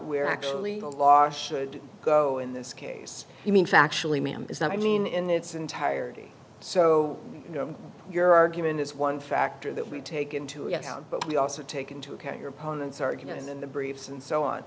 where actually the law should go in this case i mean factually ma'am is not i mean in its entirety so your argument is one factor that we take into account but we also take into account your opponent's argument and the briefs and so on